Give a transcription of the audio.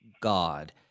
God